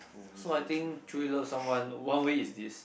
so I think truly love someone one way is this